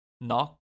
Knock